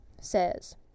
says